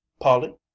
polly